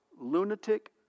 lunatic